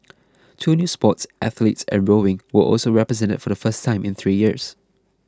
two new sports athletics and rowing were also represented for the first time in three years